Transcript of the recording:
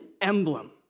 emblem